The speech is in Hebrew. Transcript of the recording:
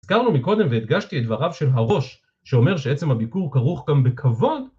הזכרנו מקודם והדגשתי את דבריו של הראש שאומר שעצם הביקור כרוך גם בכבוד